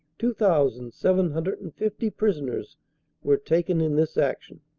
two thousand seven hundred and fifty prisoners were taken in this action.